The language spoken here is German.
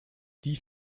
die